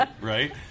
Right